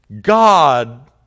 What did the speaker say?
God